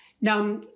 Now